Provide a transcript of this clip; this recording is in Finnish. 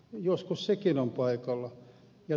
joskus sekin on paikallaan